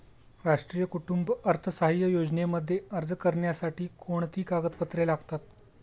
राष्ट्रीय कुटुंब अर्थसहाय्य योजनेमध्ये अर्ज करण्यासाठी कोणती कागदपत्रे लागतात?